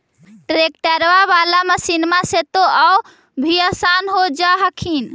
ट्रैक्टरबा बाला मसिन्मा से तो औ भी आसन हो जा हखिन?